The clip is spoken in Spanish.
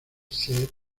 sed